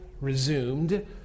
resumed